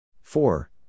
four